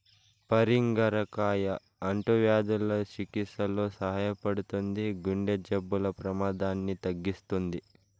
పరింగర కాయ అంటువ్యాధుల చికిత్సలో సహాయపడుతుంది, గుండె జబ్బుల ప్రమాదాన్ని తగ్గిస్తుంది